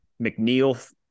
McNeil